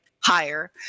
higher